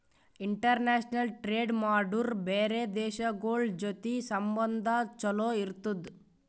international trade ಮಾಡುರ್ ಬ್ಯಾರೆ ದೇಶಗೋಳ್ ಜೊತಿ ಸಂಬಂಧ ಛಲೋ ಇರ್ತುದ್